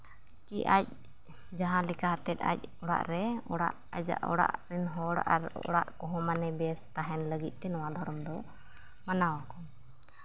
ᱠᱤ ᱟᱡ ᱡᱟᱦᱟᱸ ᱞᱮᱠᱟᱛᱮ ᱟᱡ ᱚᱲᱟᱜ ᱨᱮ ᱟᱡᱟᱜ ᱚᱲᱟᱜ ᱨᱮᱱ ᱦᱚᱲ ᱟᱨ ᱚᱲᱟᱜ ᱦᱚᱸ ᱢᱟᱱᱮ ᱵᱮᱥ ᱛᱟᱦᱮᱱ ᱞᱟᱹᱜᱤᱫ ᱛᱮ ᱱᱚᱣᱟ ᱫᱷᱚᱨᱚᱢ ᱫᱚ ᱢᱟᱱᱟᱣ ᱟᱠᱚ